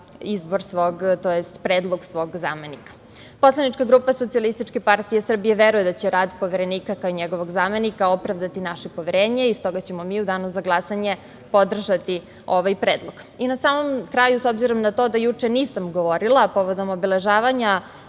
izbor, tj. predlog svog zamenika. Poslanička grupa SPS veruje da će rad Poverenika, kao i njegovog zamenika opravdati naše poverenje. Stoga ćemo mi u danu za glasanje podržati ovaj predlog. Na samom kraju, s obzirom na to da juče nisam govorila, a povodom obeležavanja